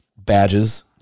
badges